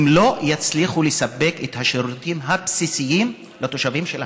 הן לא יצליחו לספק את השירותים הבסיסיים לתושבים שלהן.